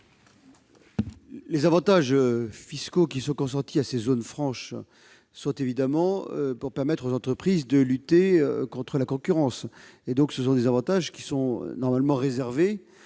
Les avantages fiscaux qui sont consentis à ces zones franches doivent évidemment permettre aux entreprises de lutter contre la concurrence. Ce sont donc des avantages qui sont normalement réservés